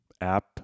app